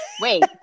wait